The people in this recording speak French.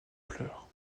pleure